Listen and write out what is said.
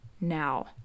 now